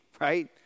right